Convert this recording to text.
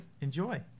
Enjoy